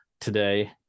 today